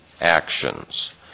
actions